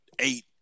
eight